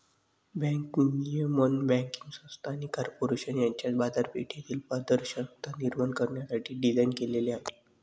bank नियमन banking संस्था आणि कॉर्पोरेशन यांच्यात बाजारपेठेतील पारदर्शकता निर्माण करण्यासाठी डिझाइन केलेले आहे